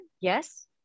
Yes